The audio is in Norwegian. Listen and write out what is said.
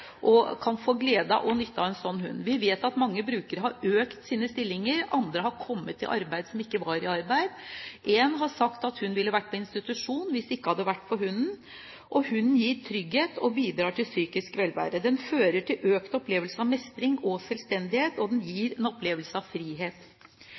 og kan få glede og nytte av en sånn hund. Vi vet at mange brukere har økt sine stillinger, andre som ikke var i arbeid, har kommet i arbeid. Én har sagt at hun ville vært på institusjon hvis det ikke hadde vært for hunden, og hunden gir trygghet og bidrar til psykisk velvære. Den fører til økt opplevelse av mestring og selvstendighet, og den